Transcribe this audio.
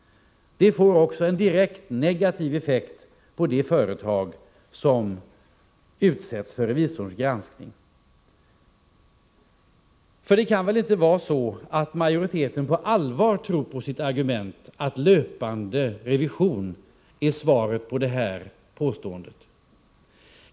Det får också en direkt negativ effekt på de företag som utsätts för revisorns granskning. För majoriteten kan väl inte på allvar tro på sitt argument att löpande revision är svaret på detta påstående?